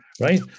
right